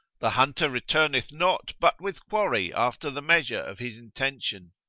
the hunter returneth not but with quarry after the measure of his intention.